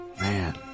Man